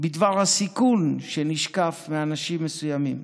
בדבר הסיכון שנשקף מאנשים מסוימים.